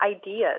ideas